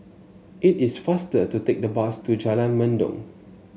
it is faster to take the bus to Jalan Mendong